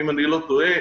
אם אני לא טועה,